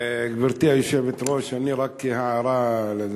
גברתי היושבת-ראש, רק הערה.